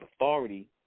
authority